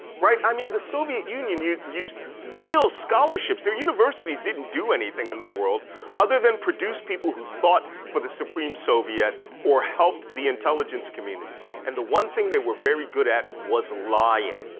right? i mean the soviet union used used real scholarships. their universities didn't do anything in the world other than produce people who thought for the supreme soviet or helped the intelligence community and the one thing they were very good at was lying.